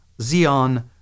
Xeon